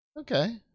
Okay